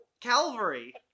Calvary